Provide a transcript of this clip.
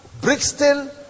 Brixton